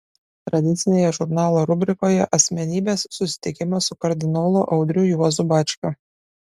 tradicinėje žurnalo rubrikoje asmenybės susitikimas su kardinolu audriu juozu bačkiu